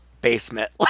basement